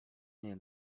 nie